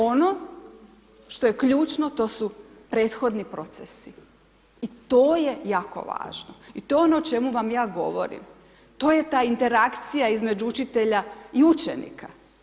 Ono što je ključno to su prethodni procesi i to je jako važno i to je ono o čemu vam ja govorim, to je ta interakcija između učitelja i učenika.